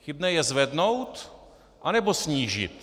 Chybné je zvednout, anebo snížit?